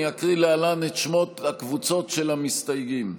אני אקרא להלן את שמות הקבוצות של המסתייגים: